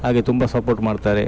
ಹಾಗೆ ತುಂಬ ಸಪೋರ್ಟ್ ಮಾಡ್ತಾರೆ